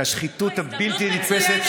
את השחיתות הבלתי-נתפסת,